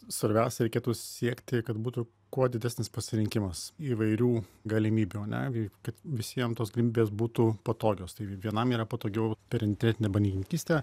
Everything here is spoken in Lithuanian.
svarbiausia reikėtų siekti kad būtų kuo didesnis pasirinkimas įvairių galimybių ane kad visiem tos galimybės būtų patogios tai vienam yra patogiau per internetinę bankininkystę